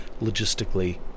logistically